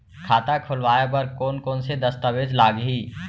खाता खोलवाय बर कोन कोन से दस्तावेज लागही?